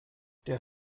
der